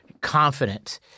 confident